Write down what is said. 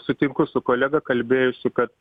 sutinku su kolega kalbėjusiu kad